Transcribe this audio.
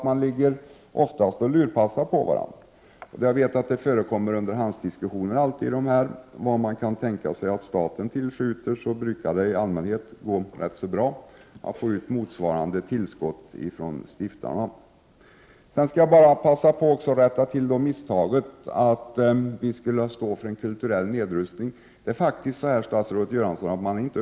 Man ligger ofta och lurpassar på varandra, och jag vet att det förekommer underhandsdiskussioner. Man diskuterar vad staten kan tänkas tillskjuta, och i allmänhet brukar det gå rätt bra att få ut motsvarande tillskott från stiftarna. Jag vill sedan passa på att rätta till statsrådets felaktiga uppgift att vi skulle stå för kulturell nedrustning. Vi är faktiskt inte uppe i 1 90 än.